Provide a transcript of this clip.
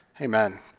Amen